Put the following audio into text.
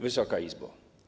Wysoka Izbo!